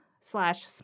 slash